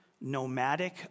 nomadic